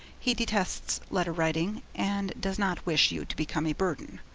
he detests letter-writing and does not wish you to become a burden.